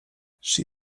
she